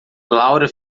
laura